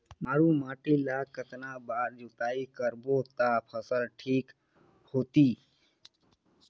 मारू माटी ला कतना बार जुताई करबो ता फसल ठीक होती?